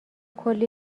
کلی